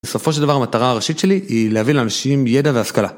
בסופו של דבר המטרה הראשית שלי היא להביא לאנשים ידע והשכלה.